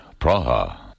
Praha